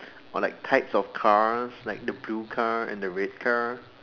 or like types of cars like the blue car and the red car